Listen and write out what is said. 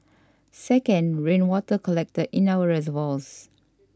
second rainwater collected in our reservoirs